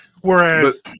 Whereas –